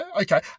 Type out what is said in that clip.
okay